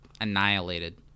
annihilated